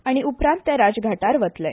आनी उपरांत ते राजघाटार वतले